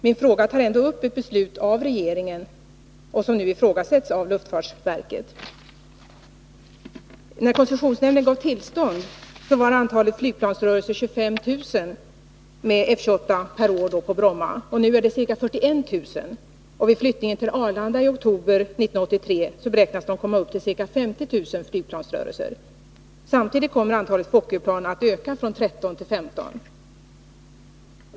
Min fråga tog ändå upp ett beslut av regeringen som nu ifrågasätts av luftfartsverket. När koncessionsnämnden gav tillstånd var antalet flygplansrörelser på Bromma med F-28 ca 25 000 per år. Nu är det ca 41 000. Och vid flyttningen till Arlanda i oktober 1983 beräknas antalet flygplansrörelser vara ca 50 000. Samtidigt kommer antalet Fokkerplan att öka från 13 till 15.